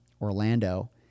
orlando